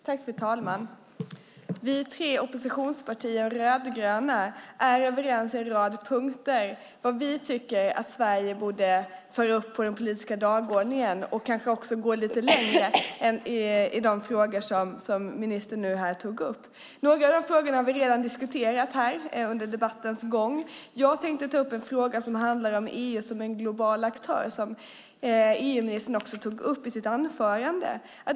Fru talman! Vi tre oppositionspartier i De rödgröna är överens på en rad punkter om vad vi tycker att Sverige borde föra upp på den politiska dagordningen, och kanske också gå lite längre än i de frågor som ministern tog upp. Några av frågorna har vi redan diskuterat här under debattens gång. Jag tänkte ta upp en fråga som handlar om EU som en global aktör, vilket EU-ministern också tog upp i sitt anförande.